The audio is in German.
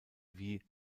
wie